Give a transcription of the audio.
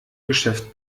geschäft